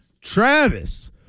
Travis